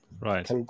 Right